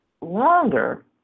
longer